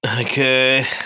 Okay